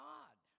God